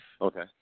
Okay